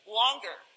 longer